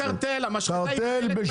אין קרטל.